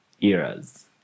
eras